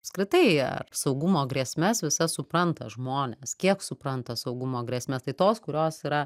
apskritai ar saugumo grėsmes visa supranta žmonės kiek supranta saugumo grėsmes tai tos kurios yra